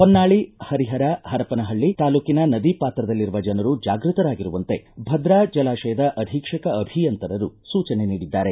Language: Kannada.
ಹೊನ್ನಾಳಿ ಹರಿಹರ ಹರಪನಹಳ್ಳಿ ತಾಲ್ಲೂಕಿನ ನದಿ ಪಾತ್ರದಲ್ಲಿರುವ ಜನರು ಜಾಗೃತರಾಗಿರುವಂತೆ ಭದ್ರಾ ಜಲಾಶಯದ ಅಧೀಕ್ಷಕ ಅಭಿಯಂತರರು ಸೂಚನೆ ನೀಡಿದ್ದಾರೆ